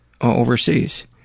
overseas